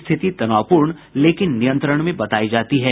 स्थिति तनावपूर्ण लेकिन नियंत्रण में बतायी जाती है